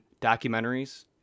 documentaries